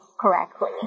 correctly